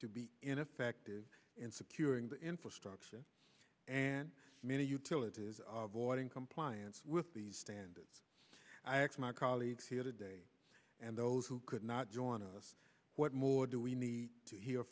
to be ineffective in securing the infrastructure and many utilities are avoiding compliance with these standards i x my colleagues here today and those who could not join us what more do we need to hear